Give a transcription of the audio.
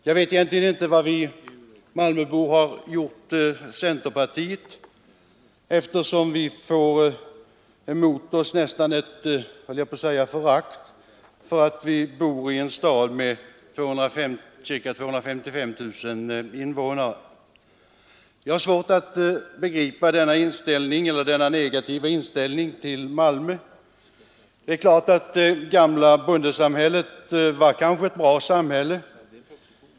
Jag vet inte vad vi malmöbor har gjort centerpartiet, eftersom vi nästan får emot oss ett förakt för att vi bor i en stad med ca 255 000 invånare. Jag har svårt att förstå denna negativa inställning till Malmö. Det gamla bondesamhället var kanske ett bra samhälle.